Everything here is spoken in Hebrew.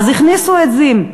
אז הכניסו עזים.